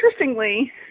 Interestingly